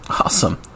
Awesome